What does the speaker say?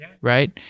right